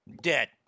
Dead